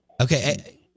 Okay